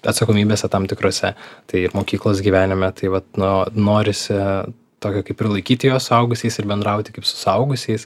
atsakomybėse tam tikrose tai ir mokyklos gyvenime tai vat no norisi tokio kaip ir laikyti juos suaugusiais ir bendrauti kaip su suaugusiais